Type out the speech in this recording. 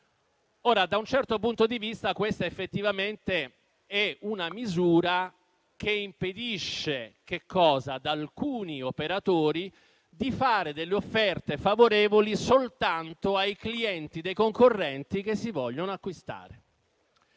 Da un certo punto di vista questa effettivamente è una misura che impedisce ad alcuni operatori di fare offerte favorevoli soltanto ai clienti dei concorrenti che si vogliono acquisire.